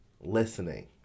listening